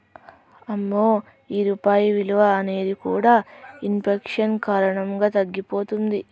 అమ్మో ఈ రూపాయి విలువ అనేది కూడా ఇన్ఫెక్షన్ కారణంగా తగ్గిపోతుంది